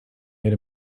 made